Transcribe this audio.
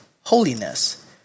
holiness